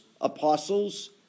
apostles